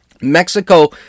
Mexico